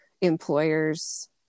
employers